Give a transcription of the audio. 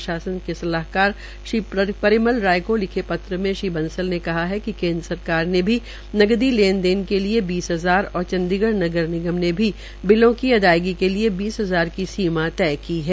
प्रशासक के सलाहकार श्री परिमल राय को लिखे पत्र में श्रीबसंल ने कहा कि केन्द्र सरकार ने भी नगदी लेने देन के लिए बीस हजार और चंडीगढ़ नगर निगम ने भी बिलों की अदायगी के लिये बीस हजार की सीमा तय की है